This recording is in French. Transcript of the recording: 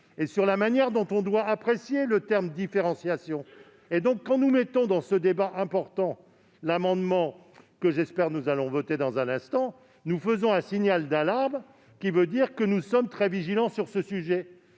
et sur la manière dont on doit apprécier le terme de différenciation. En introduisant, dans ce débat important, l'amendement que, je l'espère, nous allons voter dans un instant, nous émettons un signal d'alarme montrant que nous sommes très vigilants sur ce sujet,